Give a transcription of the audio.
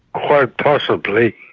quite possibly.